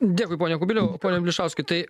dėkui pone kubiliau pone vilpišauskai